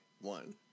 one